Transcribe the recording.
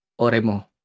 Oremo